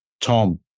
Tom